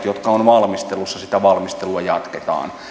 jotka ovat valmistelussa valmistelua jatketaan